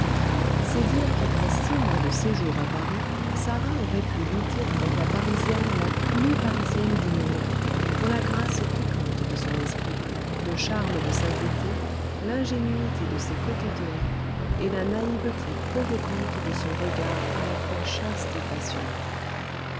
c'est dire qu'après six mois de séjour à paris sarah aurait pu lutter avec la parisienne la plus parisienne du monde pour la grâce piquante de son esprit le charme de sa gaieté l'ingénuité de ses coquetteries et la naïveté provocante de son regard à la fois chaste et passionné